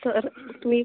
sir तुमी